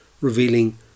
revealing